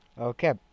Okay